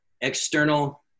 external